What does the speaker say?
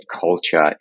culture